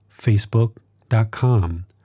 facebook.com